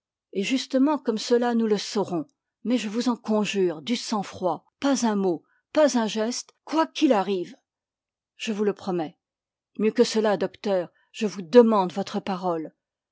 et justement comme cela nous le saurons mais je vous en conjure du sang-froid pas un mot pas un geste quoi qu'il arrive je vous le promets mieux que cela docteur je vous demande votre parole